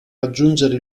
raggiungere